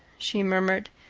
she murmured,